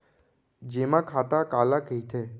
जेमा खाता काला कहिथे?